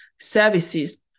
services